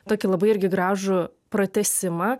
tokį labai irgi gražų pratęsimą